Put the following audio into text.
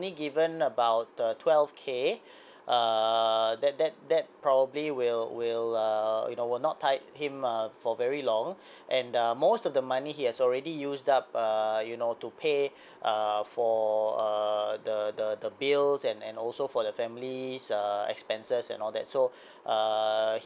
given about uh twelve k uh that that that probably will will err you know were not tide him err for very long and uh most of the money he has already used up uh you know to pay err for err the the the bills and and also for the family's uh expenses and all that so uh